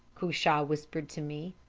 cushai whispered to me,